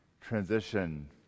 transition